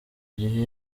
gihe